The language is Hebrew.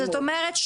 זאת אומרת,